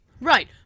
Right